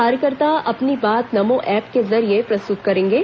कार्यकर्ता अपनी बात नमो एप के जरिये प्रस्तुत करेंगे